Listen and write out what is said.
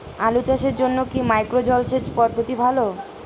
আলু চাষের জন্য কি মাইক্রো জলসেচ পদ্ধতি ভালো?